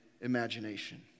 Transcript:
imagination